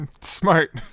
Smart